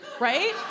right